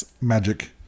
magic